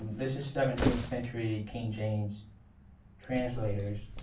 this is seventeenth century king james translators.